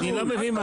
אני לא מבין.